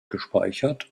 gespeichert